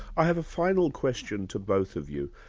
i have a final question to both of you.